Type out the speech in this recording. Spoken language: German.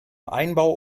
einbau